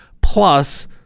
Plus